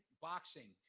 Boxing